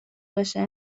بشه